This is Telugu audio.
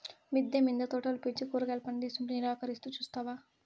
మిద్దె మింద తోటలు పెంచి కూరగాయలు పందిస్తుంటే నిరాకరిస్తూ చూస్తావా